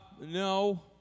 no